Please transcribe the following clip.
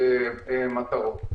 להשיג מטרות.